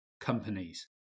companies